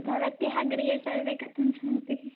भवत्याः गृहे सर्वे कथं सन्ति